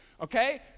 okay